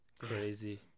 Crazy